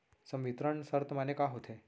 संवितरण शर्त माने का होथे?